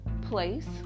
place